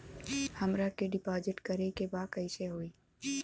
हमरा के डिपाजिट करे के बा कईसे होई?